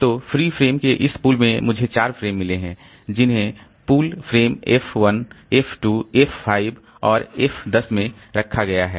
तो free frame के इस पूल में मुझे चार फ्रेम मिले हैं जिन्हें pool frame F 1 F 2 F 5 और एफ 10 में रखा गया है